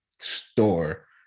store